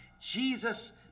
Jesus